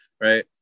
Right